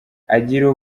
agira